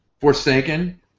Forsaken